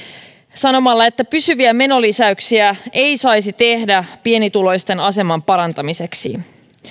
sanomalla että pysyviä menolisäyksiä ei saisi tehdä pienituloisten aseman parantamiseksi